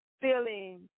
feeling